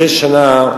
מדי שנה,